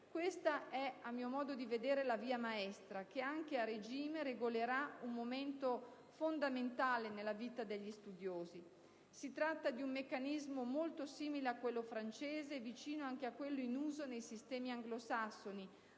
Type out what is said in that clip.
Questa è, a mio modo di vedere, la via maestra che, anche a regime, regolerà un momento fondamentale nella vita degli studiosi. Si tratta di un meccanismo molto simile a quello francese, vicino anche a quello in uso nei sistemi anglosassoni,